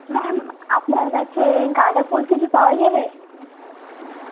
ma'am আপনার কাছে গাঁদা ফুল কিছু পাওয়া যাবে